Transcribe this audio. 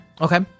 Okay